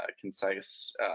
concise